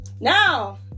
now